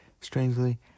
Strangely